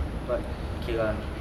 but okay lah